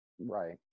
Right